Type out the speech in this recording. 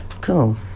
Cool